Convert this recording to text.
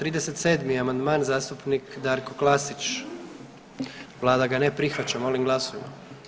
37. amandman, zastupnik Darko Klasić, vlada ga ne prihvaća, molim glasujmo.